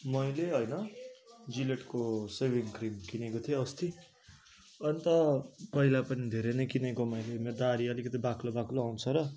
मैले होइन जिलेटको सेभिङ क्रिम किनेको थिएँ अस्ति अन्त पहिला पनि धेरै नै किनेको मैले मेरो दाह्री अलिकति बाक्लो बाक्लो आउँछ र